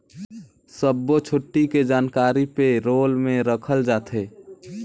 सब्बो छुट्टी के जानकारी पे रोल में रखल जाथे